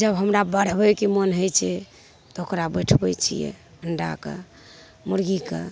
जब हमरा बढ़बैके मोन होइ छै तऽ ओकरा बैठबै छिए अण्डाके मुरगीके